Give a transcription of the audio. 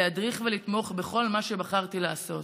להדריך ולתמוך בכל מה שבחרתי לעשות.